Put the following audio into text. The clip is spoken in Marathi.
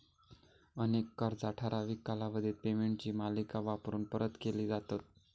अनेक कर्जा ठराविक कालावधीत पेमेंटची मालिका वापरून परत केली जातत